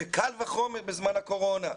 וקל וחומר בזמן הקורונה.